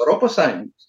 europos sąjungos